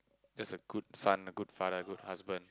just a good son good father good husband